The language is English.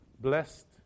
Blessed